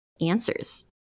answers